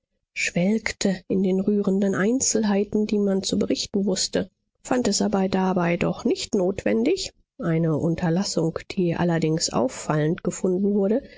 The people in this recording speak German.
schwelgte in den rührenden einzelheiten die man zu berichten wußte fand es aber dabei doch nicht notwendig eine unterlassung die allerdings auffallend gefunden wurde